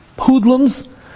hoodlums